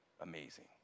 amazing